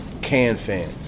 CanFan